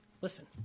Listen